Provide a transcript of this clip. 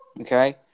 Okay